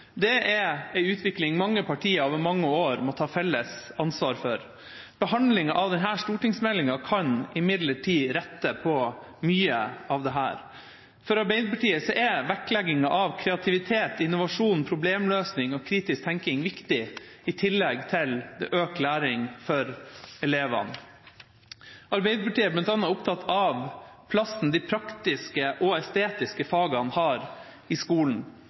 Det er en utvikling mange partier over mange år må ta felles ansvar for. Behandlingen av denne stortingsmeldinga kan imidlertid rette på mye av dette. For Arbeiderpartiet er vektlegging av kreativitet, innovasjon, problemløsning og kritisk tenkning viktig, i tillegg til økt læring for elevene. Arbeiderpartiet er bl.a. opptatt av plassen de praktiske og estetiske fagene har i skolen.